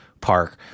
park